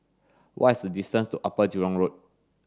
what is the distance to Upper Jurong Road